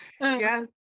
yes